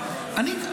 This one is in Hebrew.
השר.